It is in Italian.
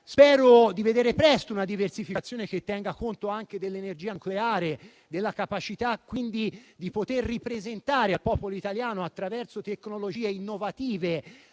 che vedremo presto una diversificazione che tenga conto anche dell'energia nucleare, della capacità quindi di poter ripresentare al popolo italiano, attraverso tecnologie innovative,